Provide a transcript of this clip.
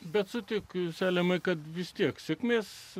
bet sutik selemai kad vis tiek sėkmės